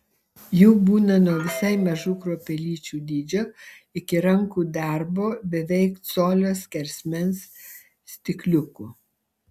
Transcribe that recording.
jų būna nuo visai mažų kruopelyčių dydžio iki rankų darbo beveik colio skersmens stikliukų